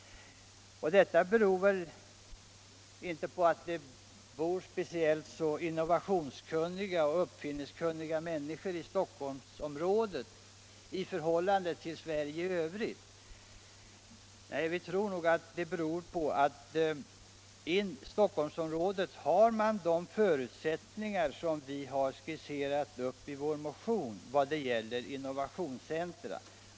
Detta beror väl inte på att det bor speciellt innovationskunniga människor i Stockholmsområdet i förhållande till Sverige i övrigt, utan snarare kanske på att Stockholmsområdet har de förutsättningar som behövs för ett s.k. innovationscentrum och som vi har skisserat i vår motion.